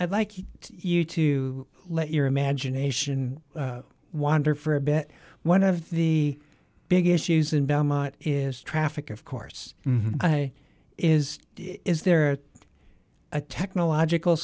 i'd like you to let your imagination wander for a bit one of the big issues in belmont is traffic of course is is there a technological